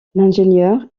l’ingénieur